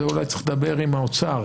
זה אולי צריך לדבר עם האוצר.